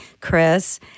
Chris